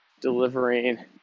delivering